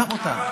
גם אותנו.